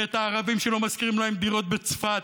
ואת הערבים שלא משכירים להם דירות בצפת,